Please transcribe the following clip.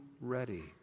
ready